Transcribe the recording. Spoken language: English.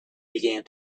began